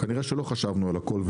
כנראה שלא חשבנו על הכול,